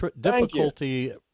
difficulty